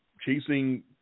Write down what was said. Chasing